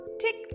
tick